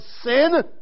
sin